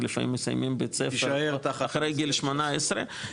כי לפעמים מסיימים בית ספר אחרי גיל 18,